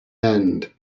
end